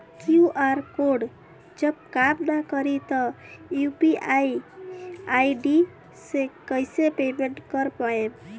QR code जब काम ना करी त यू.पी.आई आई.डी से कइसे पेमेंट कर पाएम?